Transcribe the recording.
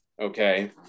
Okay